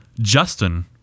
Justin